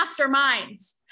masterminds